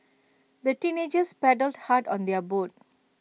the teenagers paddled hard on their boat